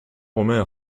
omer